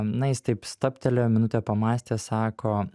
na jis taip stabtelėjo minutę pamąstė sako